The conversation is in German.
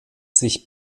sich